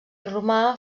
romà